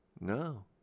No